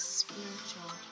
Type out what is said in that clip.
spiritual